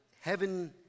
heaven